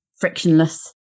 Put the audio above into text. frictionless